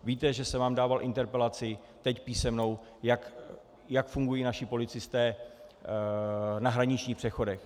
Víte, že jsem vám dával interpelaci teď písemnou, jak fungují naši policisté na hraničních přechodech.